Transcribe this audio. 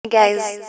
guys